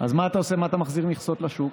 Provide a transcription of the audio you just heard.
אז מה אתה עושה, מה אתה מחזיר מכסות לשוק?